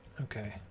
Okay